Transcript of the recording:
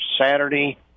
Saturday